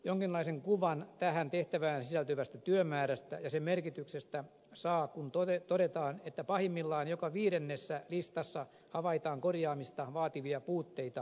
jonkinlaisen kuvan tähän tehtävään sisältyvästä työmäärästä ja sen merkityksestä saa kun todetaan että pahimmillaan joka viidennessä listassa havaitaan korjaamista vaativia puutteita tai virheitä